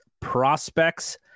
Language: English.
Prospects